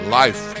life